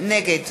נגד